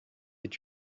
est